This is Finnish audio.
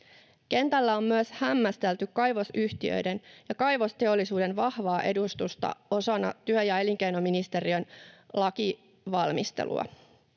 Kentällä on myös hämmästelty kaivosyhtiöiden ja kaivosteollisuuden vahvaa edustusta osana työ- ja elinkeinoministeriön lainvalmistelua.